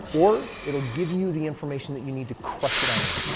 or it'll give you the information that you need to crush it on your own.